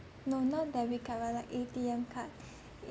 no not debit card but like A_T_M card